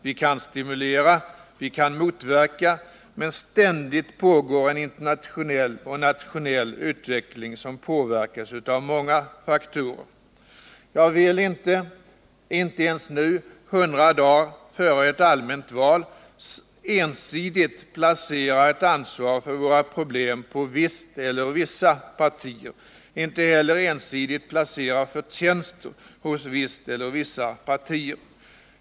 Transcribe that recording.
Vi kan stimulera, vi kan motverka, men ständigt pågår en internationell och nationell utveckling, som påverkas av många faktorer. Jag vill inte — inte ens nu, hundra dagar före ett allmänt val — ensidigt placera ett ansvar på visst eller vissa partier, inte heller ensidigt placera förtjänster hos visst eller vissa partier.